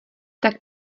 tak